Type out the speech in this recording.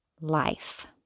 life